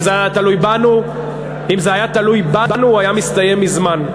אם זה היה תלוי בנו, הוא היה מסתיים מזמן.